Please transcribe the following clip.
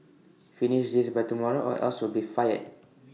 finish this by tomorrow or else you'll be fired